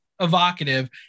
evocative